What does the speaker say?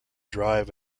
drive